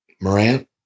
Morant